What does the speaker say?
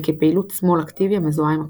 וכפעילות שמאל אקטיבי המזוהה עם הקבוצה.